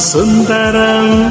Sundaram